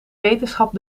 wetenschap